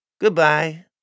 Goodbye